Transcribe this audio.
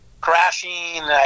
crashing